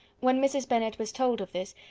when mrs. bennet was told of this,